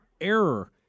error